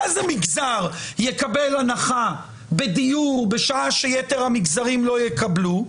איזה מגזר יקבל הנחה בדיור בשעה שיתר המגזרים לא יקבלו?